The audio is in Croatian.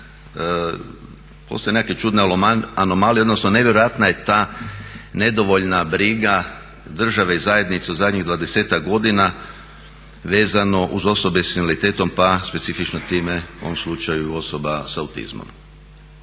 postoje nekakve čudne anomalije, odnosno nevjerojatna je ta nedovoljna briga države i zajednice u zadnjih 20-ak godina vezano uz osobe sa invaliditetom pa specifično time u ovom slučaju osoba sa autizmom.